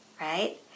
right